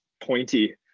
pointy